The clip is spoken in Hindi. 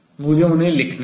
मुझे उन्हें लिखने दें